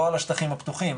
לא על השטחים הפתוחים,